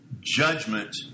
judgment